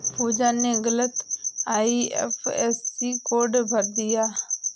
पूजा ने गलत IFSC code भर दिया